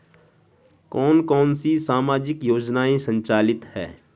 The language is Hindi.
कौन कौनसी सामाजिक योजनाएँ संचालित है?